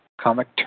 comic